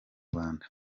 rwanda